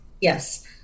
Yes